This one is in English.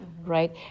Right